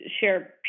share